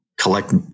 collect